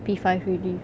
P five already